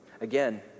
Again